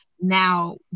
now